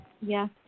Yes